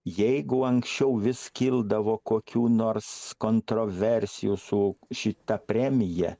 jeigu anksčiau vis kildavo kokių nors kontroversijų su šita premija